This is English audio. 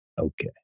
Okay